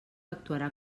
actuarà